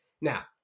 Now